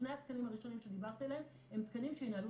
שני התקנים הראשונים שדיברתי עליהם הם תקנים שינהלו